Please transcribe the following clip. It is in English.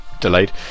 delayed